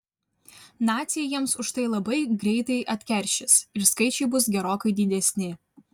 naciai jiems už tai labai greitai atkeršys ir skaičiai bus gerokai didesni